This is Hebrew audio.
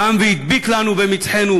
קם והדביק לנו על מצחנו,